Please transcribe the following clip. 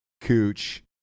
Cooch